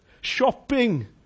Shopping